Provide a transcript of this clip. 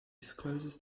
discloses